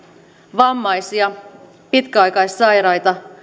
vammaisia pitkäaikaissairaita